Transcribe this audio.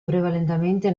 prevalentemente